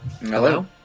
Hello